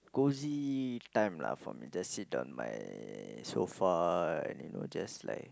cozy time lah for me just sit on my sofa and you know just like